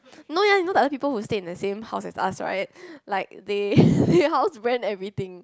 no you know the other people who stay in the same house as us right like they pay house rent everything